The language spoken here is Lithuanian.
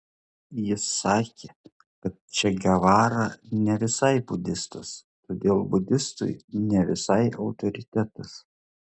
jis sakė kad če gevara ne visai budistas todėl budistui ne visai autoritetas